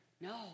No